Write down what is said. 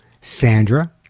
Sandra